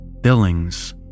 Billings